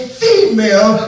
female